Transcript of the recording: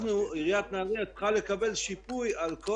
עיריית נהריה צריכה לקבל שיפוי על כל